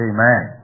Amen